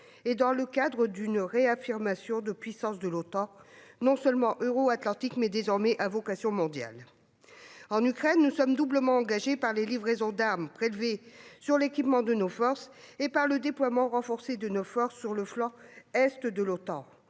-, dans le cadre d'une réaffirmation de puissance de l'Otan non seulement euro-atlantique, mais aussi, désormais, à vocation mondiale. En Ukraine, nous sommes doublement engagés, par les livraisons d'armes prélevées sur l'équipement de nos forces et par le déploiement renforcé de nos forces sur le flanc Est de l'Otan.